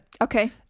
Okay